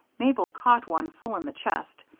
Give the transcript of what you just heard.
mabel caught one full in the chest,